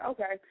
Okay